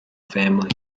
family